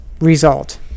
result